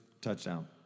touchdown